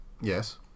Yes